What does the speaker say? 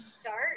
start